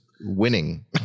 winning